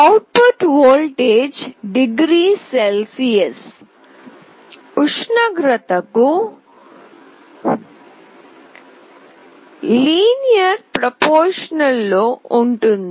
out put voltage degree Celsius ఉష్ణోగ్రతకు సరళ అనులోమానుపాతంలో ఉంటుంది